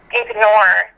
ignore